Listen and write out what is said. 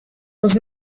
was